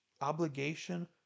obligation